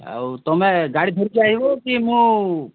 ଆଉ ତୁମେ ଗାଡ଼ି ଧରିକି ଆଇବ କି ମୁଁ